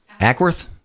Ackworth